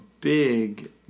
big